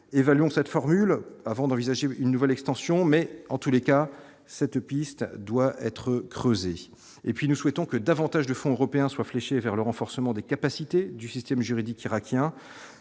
évaluons cette formule avant d'envisager une nouvelle extension mais en tous les cas cette piste doit être creusée et puis, nous souhaitons que davantage de fonds européens soient fléchés vers le renforcement des capacités du système juridique irakien,